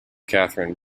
katherine